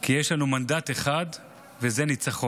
כי יש לנו מנדט אחד, וזה ניצחון.